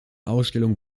ausstellung